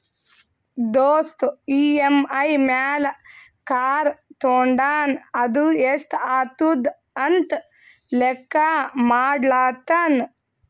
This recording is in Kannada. ದೋಸ್ತ್ ಇ.ಎಮ್.ಐ ಮ್ಯಾಲ್ ಕಾರ್ ತೊಂಡಾನ ಅದು ಎಸ್ಟ್ ಆತುದ ಅಂತ್ ಲೆಕ್ಕಾ ಮಾಡ್ಲತಾನ್